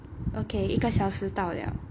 okay 一个小时到了